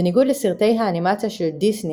בניגוד לסרטי האנימציה של דיסני